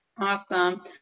awesome